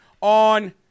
on